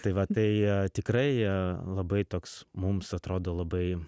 tai va tai tikrai labai toks mums atrodo labai